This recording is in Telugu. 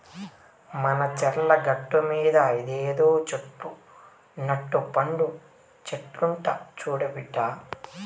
మన చర్ల గట్టుమీద ఇదేదో చెట్టు నట్ట పండు చెట్లంట చూడు బిడ్డా